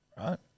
right